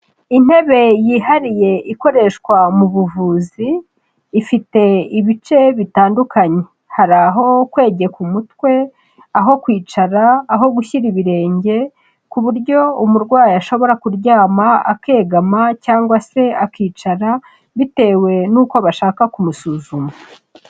Intebe yihariye ikoreshwa mu buvuzi, ifite ibice bitandukanye, hari aho kwegeka umutwe, aho kwicara, aho gushyira ibirenge, ku buryo umurwayi ashobora kuryama akegama cyangwa se akicara, bitewe n'uko bashaka kumusuzuma.